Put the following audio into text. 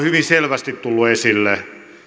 hyvin selvästi tullut esille